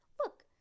Look